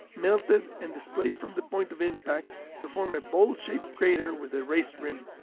melted and displaced from the point of impact to form a bowl-shaped crater with a raised rim.